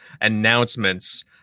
announcements